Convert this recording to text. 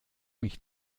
mich